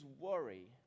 worry